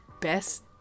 best